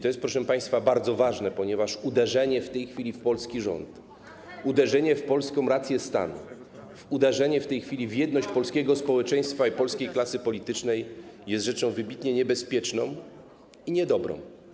To jest, proszę państwa, bardzo ważne, ponieważ uderzenie w tej chwili w polski rząd, uderzenie w polską rację stanu, uderzenie w jedność polskiego społeczeństwa i polskiej klasy politycznej jest rzeczą wybitnie niebezpieczną i niedobrą.